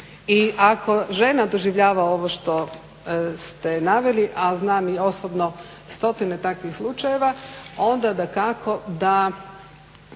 I ako žena doživljava ovo što ste naveli, a znam i osobno stotine takvih slučajeva onda dakako da